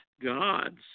gods